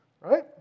Right